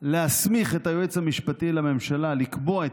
להסמיך את היועץ המשפטי לממשלה לקבוע את